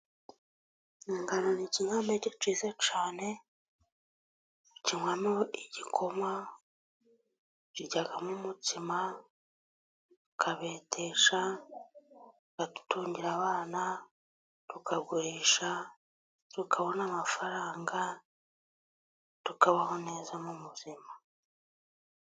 Ingano ni ikinyampe cyiza cyane tukinywamo igikoma, tukiryamo umutsima, tukabetesha kikadutungira abana, tukagurisha tukabona amafaranga tukabaho neza mu buzima.